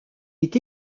est